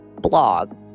blog